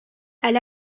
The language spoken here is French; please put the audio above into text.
elle